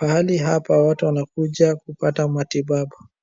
Pahali hapa watu wanakuja kupata matibabu.